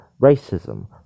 racism